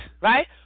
right